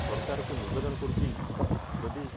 ସରକାରକୁ ନିବେଦନ କରୁଛି ଯଦି